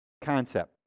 concept